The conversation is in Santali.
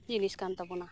ᱡᱤᱱᱤᱥ ᱠᱟᱱ ᱛᱟᱵᱚᱱᱟ